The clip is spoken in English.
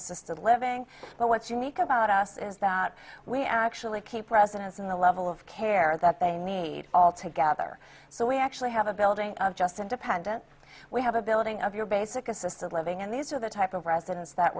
assisted living but what's unique about us is that we actually keep residents in the level of care that they need all together so we actually have a building just independent we have a building of your basic assisted living and these are the type of residents that